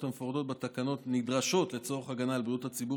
המפורטות בתקנות נדרשות לצורך הגנה על בריאות הציבור